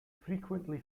frequently